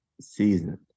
season